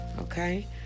okay